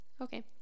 Okay